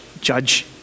judge